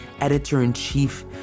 Editor-in-Chief